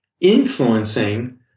influencing